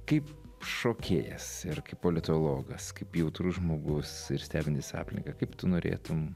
kaip šokėjas ir kaip politologas kaip jautrus žmogus ir stebintis aplinką kaip tu norėtum